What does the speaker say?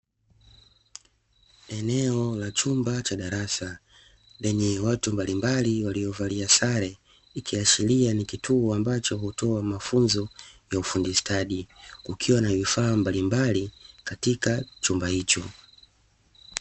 Eneo la chumba cha darasa lenye watu mbalimbali waliovalia sare, ikiashiria nikituo ambacho hutoa mafunzo ya ufundi stadi kukiwa na vifaa mbalimbali katika chumba hicho.